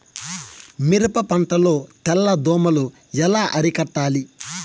మిరప పంట లో తెల్ల దోమలు ఎలా అరికట్టాలి?